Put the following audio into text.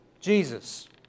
Jesus